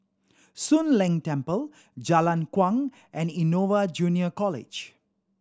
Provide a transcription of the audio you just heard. Soon Leng Temple Jalan Kuang and Innova Junior College